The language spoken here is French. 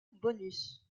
bonus